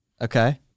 Okay